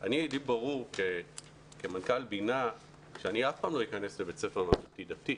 ברור כמנכ"ל בינ"ה שאני אף פעם לא אכנס לבית ספר ממלכתי-דתי.